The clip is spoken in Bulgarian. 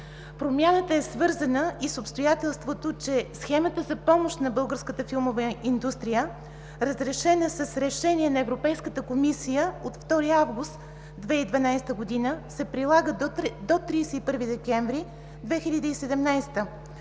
Промяната е свързана и с обстоятелството, че Схемата за помощ за българската филмова индустрия, разрешена с Решение на Европейската комисия от 2 август 2012 г., се прилага до 31 декември 2017 г.